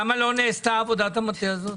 למה לא נעשתה עבודת המטה הזאת?